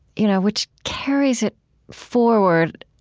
you know which carries it forward,